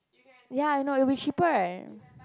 ya I know it'll be cheaper right